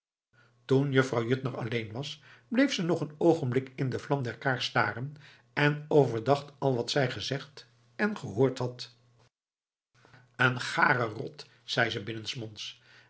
toen vrouw juttner alleen was bleef ze nog een oogenblik in de vlam der kaars staren en overdacht al wat zij gezegd en gehoord had een gare rot zei ze